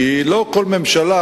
כי לא כל ממשלה,